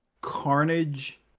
Carnage